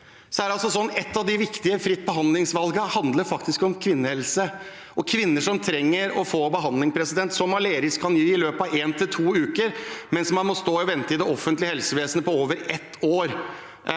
et av de viktige frie behandlingsvalgene faktisk handler om kvinnehelse og kvinner som trenger å få behandling, som Aleris kan gi i løpet av en til to uker, mens man må stå og vente i det offentlige helsevesenet i over ett år.